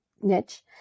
niche